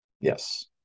Yes